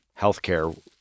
healthcare